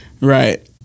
right